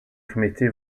committee